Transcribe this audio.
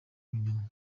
ibinyoma